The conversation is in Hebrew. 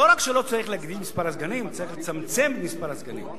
לא רק שלא צריך להגדיל את מספר הסגנים,